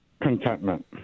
Contentment